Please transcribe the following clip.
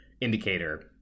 indicator